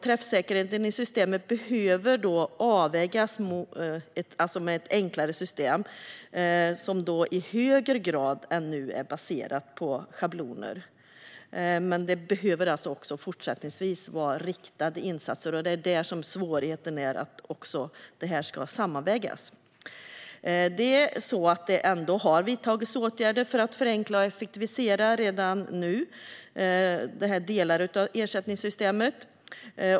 Träffsäkerheten i systemet behöver avvägas mot ett enklare system som i högre grad än nu är baserat på schabloner. Men det behöver alltså också fortsättningsvis vara riktade insatser. Det är där svårigheten ligger när det här ska sammanvägas. Regeringen har redan nu vidtagit åtgärder för att förenkla och effektivisera delar av ersättningssystemet.